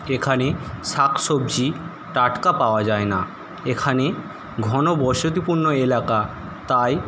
এখানে শাকসবজি টাটকা পাওয়া যায় না এখানে ঘন বসতিপূর্ণ এলাকা তাই